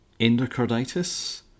Endocarditis